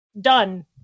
Done